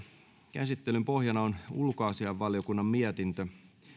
käsittelyn pohjana on ulkoasiainvaliokunnan mietintö